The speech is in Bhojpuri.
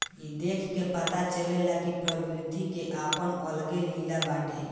ई देख के पता चलेला कि प्रकृति के आपन अलगे लीला बाटे